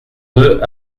deux